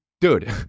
dude